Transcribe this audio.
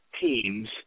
teams